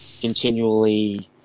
continually